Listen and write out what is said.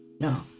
No